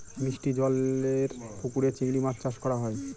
মিষ্টি জলেরর পুকুরে চিংড়ি মাছ চাষ করা হয়